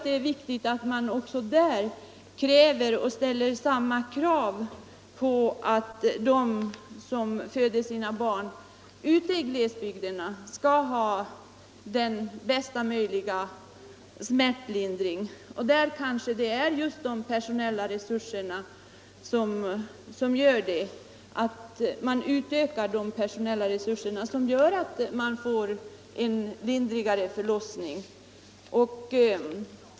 Det är viktigt att man kräver att också de som föder sina barn i glesbygder skall få bästa möjliga smärtlindring. Där skulle kanske en ökning av de personella resurserna medföra en lindrigare förlossning.